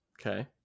Okay